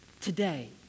today